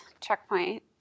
checkpoint